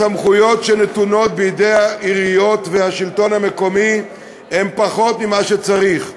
הסמכויות שנתונות בידי העיריות והשלטון המקומי הן פחות ממה שצריך.